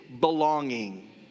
belonging